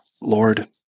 Lord